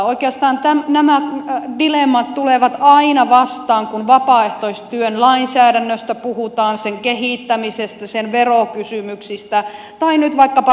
oikeastaan nämä dilemmat tulevat aina vastaan kun vapaaehtoistyön lainsäädännöstä puhutaan sen kehittämisestä sen verokysymyksistä tai nyt vaikkapa rahankeräysasioista